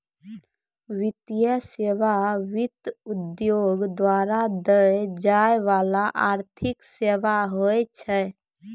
वित्तीय सेवा, वित्त उद्योग द्वारा दै जाय बाला आर्थिक सेबा होय छै